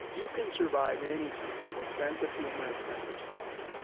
you can survive anything with sense of humor and sense of self.